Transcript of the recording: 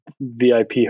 VIP